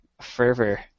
fervor